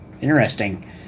interesting